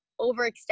overextend